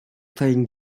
playing